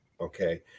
okay